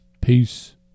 peace